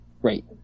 great